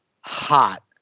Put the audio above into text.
hot